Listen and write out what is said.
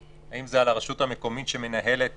האם זה על הרשות המקומית שמנהלת